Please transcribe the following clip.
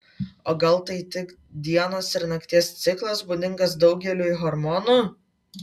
o gal tai tik dienos ir nakties ciklas būdingas daugeliui hormonų